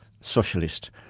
Socialist